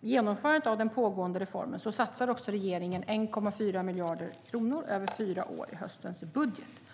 genomförandet av den pågående reformen satsar också regeringen 1,4 miljarder kronor över fyra år i höstens budget.